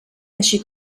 així